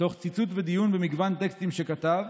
תוך ציטוט ודיון במגוון טקסטים שכתב.